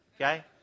Okay